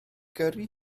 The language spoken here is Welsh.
gyrru